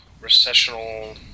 recessional